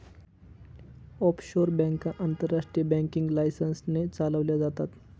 offshore bank आंतरराष्ट्रीय banking licence ने चालवल्या जातात